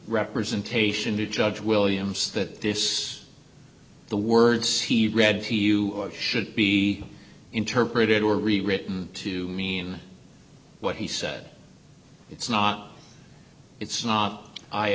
representation to judge williams that this the words he read to you should be interpreted or rewritten to mean what he said it's not it's